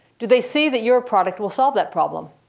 do they see that your product will solve that problem?